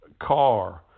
car